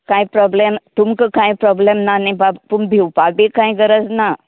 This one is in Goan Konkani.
कांय प्रोब्लेम तुमकां कांय प्रोब्लेम ना नी बाब तुम भिवपा बी कांय गरज ना